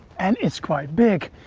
and it's quite big.